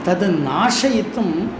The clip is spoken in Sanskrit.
तद् नाशयितुम्